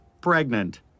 Pregnant